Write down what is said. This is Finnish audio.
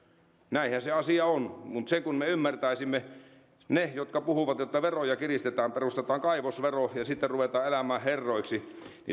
näinhän se asia on mutta sen kun me ymmärtäisimme niiltä jotka puhuvat että veroja kiristetään perustetaan kaivosvero ja sitten ruvetaan elämään herroiksi